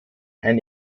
ein